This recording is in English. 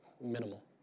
minimal